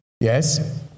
Yes